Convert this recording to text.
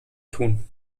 tun